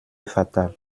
fatal